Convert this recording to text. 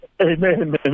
Amen